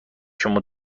شما